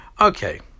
Okay